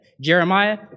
Jeremiah